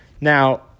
Now